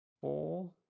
four